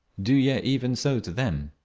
do ye even so to them.